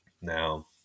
Now –